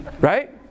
right